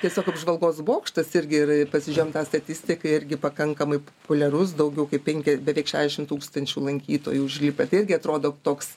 tiesiog apžvalgos bokštas irgi ir į pasižiūrėjom statistiką irgi pakankamai populiarus daugiau kaip penki beveik šešiasdešimt tūkstančių lankytojų užlipę tai irgi atrodo toks